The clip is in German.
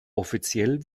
offiziell